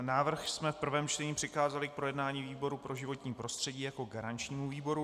Návrh jsme v prvém čtení přikázali k projednání výboru pro životní prostředí jako garančnímu výboru.